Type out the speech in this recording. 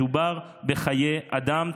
מדובר בחיי אדם.